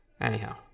Anyhow